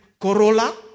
corolla